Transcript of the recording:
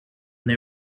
they